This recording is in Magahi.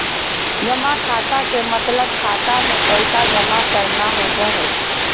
जमा खाता के मतलब खाता मे पैसा जमा करना होवो हय